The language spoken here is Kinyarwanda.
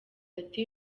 ati